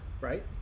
right